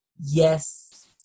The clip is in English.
yes